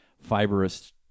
fibrous